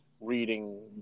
reading